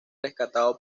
rescatado